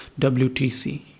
WTC